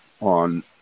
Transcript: on